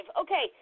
Okay